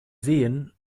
sehen